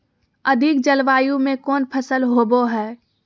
अधिक जलवायु में कौन फसल होबो है?